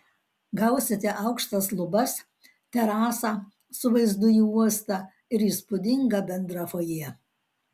gausite aukštas lubas terasą su vaizdu į uostą ir įspūdingą bendrą fojė